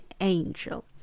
angel